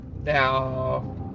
Now